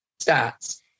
stats